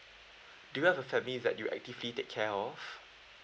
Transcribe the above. do you have a family that you actively take care of